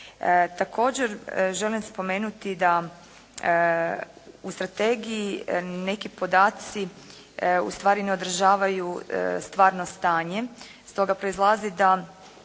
Također želim spomenuti da u strategiji neki podaci ustvari ne odražavaju stvarno stanje. Stoga proizlazi da